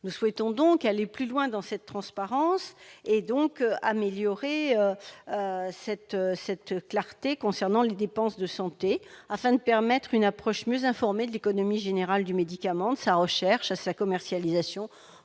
Nous souhaitons aller plus loin dans cette transparence et améliorer la clarté concernant les dépenses de santé, afin de permettre une approche mieux informée de l'économie générale du médicament, de sa recherche à sa commercialisation.